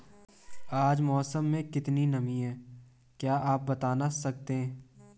आज मौसम में कितनी नमी है क्या आप बताना सकते हैं?